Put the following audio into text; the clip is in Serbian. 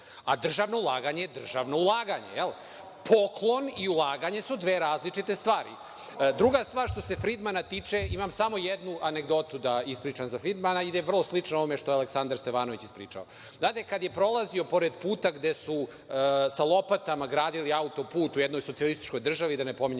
a državno ulaganje je državno ulaganje. Poklon i ulaganje su dve različite stvari. Druga stvar, što se Frdgmana tiče, imam samo jednu anegdotu da ispričam za Fridmana, ide vrlo slično ovome što je Aleksandar Stevanović ispričao. Kada je prolazio pored puta gde su sa lopatama gradili auto-put u jednoj socijalističkoj državi, da ne pominjem